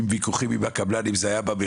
עם ויכוחים עם הקבלן אם זה היה במכרז